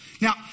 Now